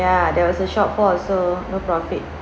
ya there was a shortfall so no profit